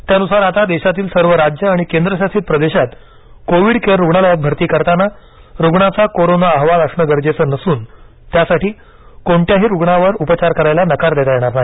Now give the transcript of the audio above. त्यानुसार आता देशातील सर्व राज्य आणि केंद्रशासित प्रदेशात कोविड केअर रुग्णालयात भरती करताना रुग्णाचा कोरोना अहवाल असणं गरजेचं नसून त्यासाठी कोणत्याही रुग्णावर उपचार करायला नकार देता येणार नाही